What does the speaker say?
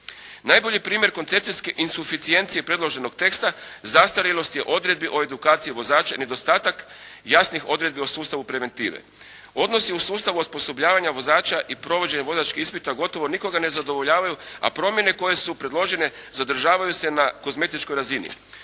Najbolji primjer koncepcijske insuficijencije predloženog teksta zastarjelost je odredbi o edukaciji vozača i nedostatak jasnih odredbi o sustavu preventive. Odnosi u sustavu osposobljavanja vozača i provođenja vozačkih ispita gotovo nikoga ne zadovoljavaju a promjene koje su predložene zadržavaju se na kozmetičkoj razini.